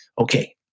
okay